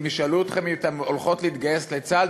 אם ישאלו אתכן אם אתן הולכות להתגייס לצה"ל,